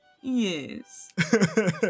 yes